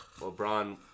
LeBron